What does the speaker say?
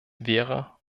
wäre